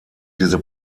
diese